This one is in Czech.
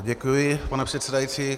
Děkuji, pane předsedající.